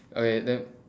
okay then